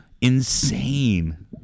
insane